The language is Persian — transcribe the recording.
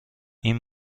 این